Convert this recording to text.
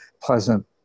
pleasant